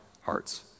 hearts